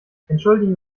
entschuldigen